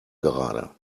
gerade